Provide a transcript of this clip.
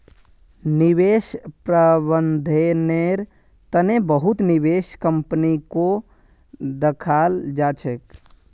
निवेश प्रबन्धनेर तने बहुत निवेश कम्पनीको दखाल जा छेक